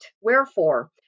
wherefore